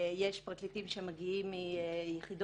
או למשל